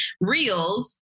reels